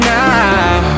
now